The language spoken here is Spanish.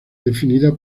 definida